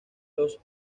los